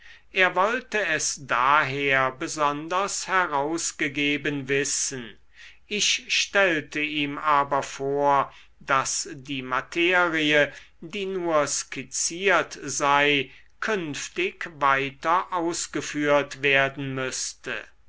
er wollte es daher besonders herausgegeben wissen ich stellte ihm aber vor daß die materie die nur skizziert sei künftig weiter ausgeführt werden müßte